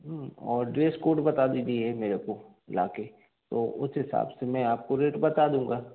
और dress code बता दीजिए मेरे को ला कर तो उस हिसाब से मैं आपको रेट बता दूँगा